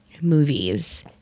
Movies